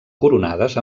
coronades